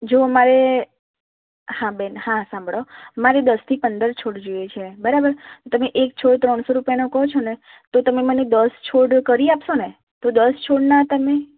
જો મારે હા બેન હા સાંભળો મારે દસથી પંદર છોડ જોઈએ છે બરાબર તમે એક છોડ ત્રણસો રૂપિયાનો કહો છો ને તો તમે મને દસ છોડ કરી આપશો ને તો દસ છોડના તમે